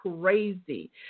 crazy